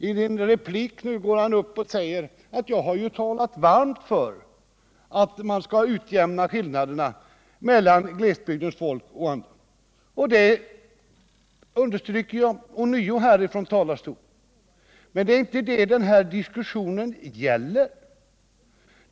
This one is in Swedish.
I en replik nu säger han att jag har talat varmt för att man skall utjämna skillnaderna mellan glesbygdens folk och andra — och det understryker jag ånyo härifrån talarstolen. Men det är inte det diskussionen gäller.